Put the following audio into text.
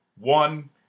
One